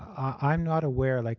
i'm not aware like